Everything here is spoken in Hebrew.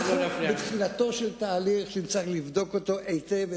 אנחנו בתחילתו של תהליך שנצטרך לבדוק אותו היטב,